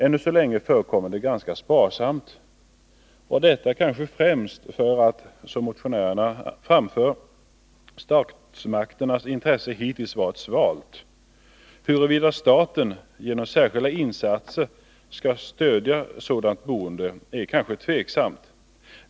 Ännu så länge förekommer det ganska sparsamt — detta kanske främst för att, som motionärerna framför, statsmakternas intresse hittills varit svalt. Huruvida staten genom särskilda insatser skall stödja sådant boende är kanske tveksamt.